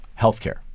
healthcare